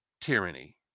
tyranny